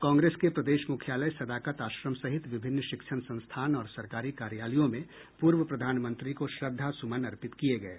कांग्रेस के प्रदेश मुख्यालय सदाकत आश्रम सहित विभिन्न शिक्षण संस्थान और सरकारी कार्यालयों में पूर्व प्रधानमंत्री को श्रद्धा सुमन अर्पित किये गये